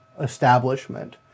establishment